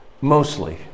mostly